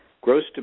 gross